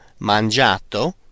Mangiato